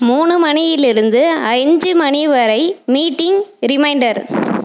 மூணு மணியிலிருந்து அஞ்சு மணி வரை மீட்டிங் ரிமைண்டர்